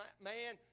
man